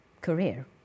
career